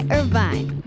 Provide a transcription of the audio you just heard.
Irvine